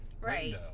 Right